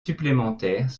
supplémentaires